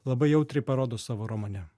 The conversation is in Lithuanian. labai jautriai parodo savo romane